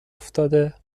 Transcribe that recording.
افتاده